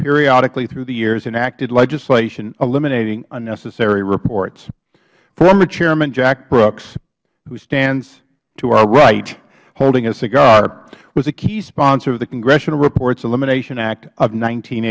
periodically through the years enacted legislation eliminating unnecessary reports former chairman jack brooks who stands to our right holding a cigar was a key sponsor of the congressional reports elimination act of